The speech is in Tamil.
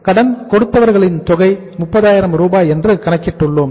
கடன் கொடுத்தவர்களின் தொகையை 30000 என்று கணக்கிட்டு உள்ளோம்